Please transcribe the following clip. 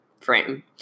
frame